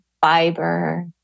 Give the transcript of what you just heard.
fiber